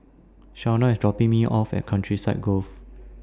Shaunna IS dropping Me off At Countryside Grove